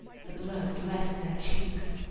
the blood left their cheeks,